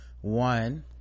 one